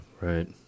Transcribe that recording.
right